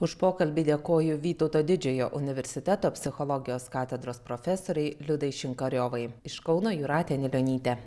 už pokalbį dėkoju vytauto didžiojo universiteto psichologijos katedros profesorei liudai šinkariovai iš kauno jūratė anilionytė